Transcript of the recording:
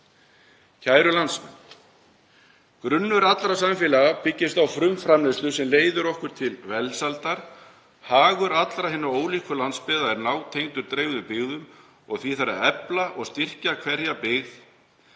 Kæru landsmenn. Grunnur allra samfélaga byggist á frumframleiðslu sem leiðir okkur til velsældar. Hagur allra hinna ólíku landsbyggða er nátengdur dreifðu byggðum og því þarf að efla og styrkja byggð